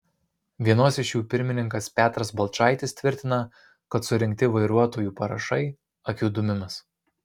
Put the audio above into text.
vienos iš jų pirmininkas petras balčaitis tvirtina kad surinkti vairuotojų parašai akių dūmimas